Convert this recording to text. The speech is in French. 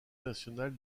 national